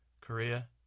Korea